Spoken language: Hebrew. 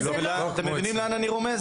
אם זה לא --- אתם מבינים על מה אני רומז?